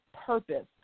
purpose